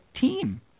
team